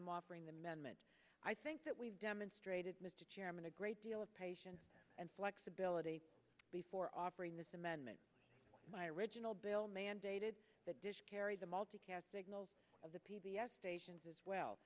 i'm offering the man meant i think that we've demonstrated mr chairman a great deal of patience and flexibility before offering this amendment my original bill mandated the dish carry the multicast signals of the p b s stations as well